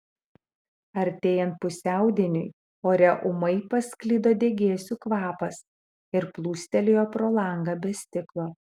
artėjant pusiaudieniui ore ūmai pasklido degėsių kvapas ir plūstelėjo pro langą be stiklo